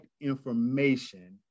information